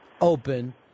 open